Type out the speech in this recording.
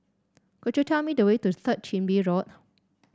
could you tell me the way to Third Chin Bee Road